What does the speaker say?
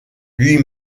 lui